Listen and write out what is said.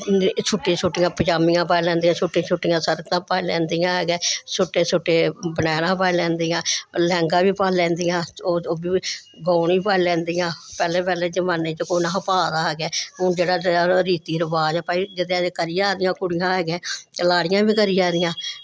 छुट्टी छुट्टियां पजामियां पाई लैंदियां छुटी छुट्टियां शरटां पाई लैंदियां है गे छुटे छुट्टे बनैनां पाई लैंदियां लैंह्गा बी पाई लैंदियां ओह् ओह् बी गाऊन बी पाई लैंदियां पैह्लें पैह्लें जमाने च कु'न हा पा दा हा के हून जेह्ड़ा रेहा रीति रवाज ऐ भई जदेहा करी जादियां कुड़ियां है गे लाड़ियां बी करी जा दियां